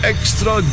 Extra